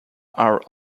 are